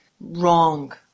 wrong